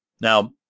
Now